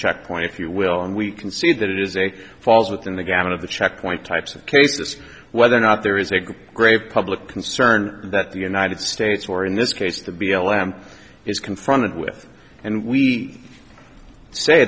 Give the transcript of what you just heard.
checkpoint if you will and we can see that it is a falls within the gamut of the checkpoint types of cases whether or not there is a great great public concern that the united states or in this case the b l m is confronted with and we say